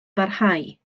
barhau